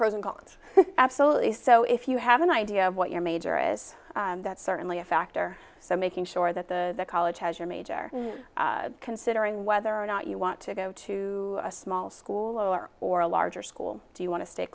pros and cons absolutely so if you have an idea of what your major is that's certainly a factor so making sure that the college has your major considering whether or not you want to go to a small school lower or a larger school do you want to stay